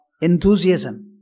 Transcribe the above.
enthusiasm